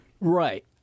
Right